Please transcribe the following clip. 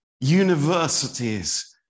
universities